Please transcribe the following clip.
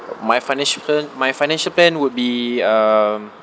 my financial pla~ my financial plan would be um